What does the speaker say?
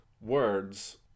words